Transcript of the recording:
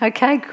Okay